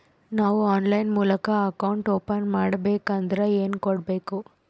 ನಾವು ಆನ್ಲೈನ್ ಮೂಲಕ account open ಮಾಡಬೇಂಕದ್ರ ಏನು ಕೊಡಬೇಕು?